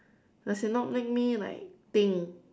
no it shall not make me like think